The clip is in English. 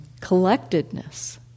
collectedness